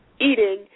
eating